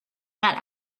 that